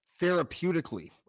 therapeutically